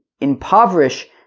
impoverish